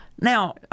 Now